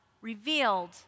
revealed